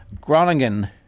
Groningen